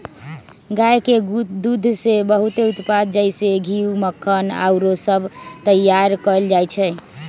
गाय के दूध से बहुते उत्पाद जइसे घीउ, मक्खन आउरो सभ तइयार कएल जाइ छइ